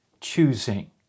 choosing